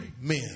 men